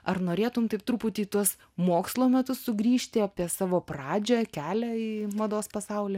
ar norėtum taip truputį į tuos mokslo metus sugrįžti apie savo pradžią kelią į mados pasaulį